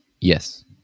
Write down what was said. Yes